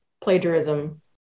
Plagiarism